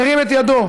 מרים את ידו.